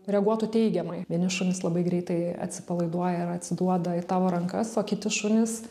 reaguotų teigiamai vieni šunys labai greitai atsipalaiduoja ir atsiduoda į tavo rankas o kiti šunys